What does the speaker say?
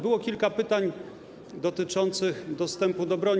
Było kilka pytań dotyczących dostępu do broni.